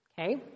Okay